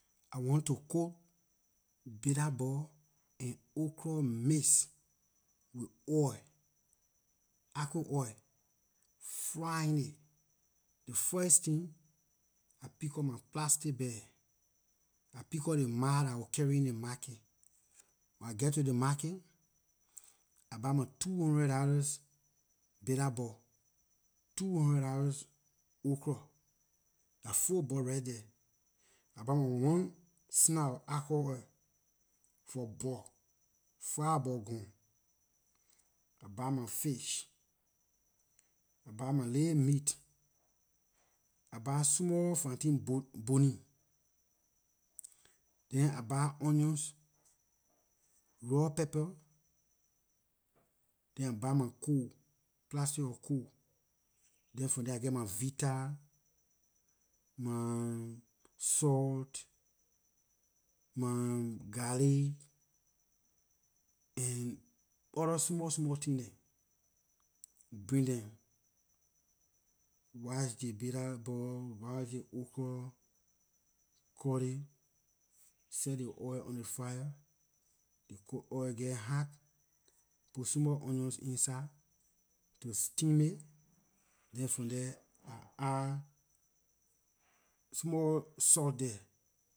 I want to cook bitter- ball and okra mix with oil argo oil frying aay ley first tin I pick up my plastic bag I pick up ley mar dah I will carry in ley market when I geh to ley market I buy my two hundred dollars bitter- ball two hundred dollars okra lah four buck right there I buy my one snap lor argo oil for buck five buck gone I buy my fish I buy my ley meat I buy small fanti bonnie then I buy onions raw pepper than I buy my coal plastic of coal then from there I geh my vita my salt my garlic and other small small tin dem bring dem wash ley bitter- ball wash ley okra cut it set ley oil on ley fire ley oil geh hot put small onions inside to stem it then from there I add small salt there